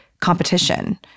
competition